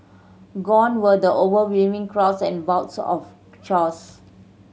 gone were the overwhelming crowds and bouts of chores